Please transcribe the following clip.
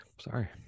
sorry